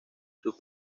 sus